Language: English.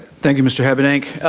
thank you, mr. habedank.